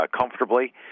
comfortably